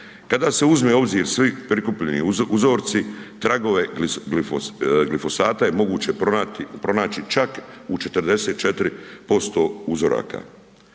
Kada se uzme u obzir svi prikupljeni uzorci tragove glifosata je moguće pronaći čak u 44% uzoraka.